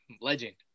legend